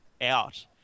out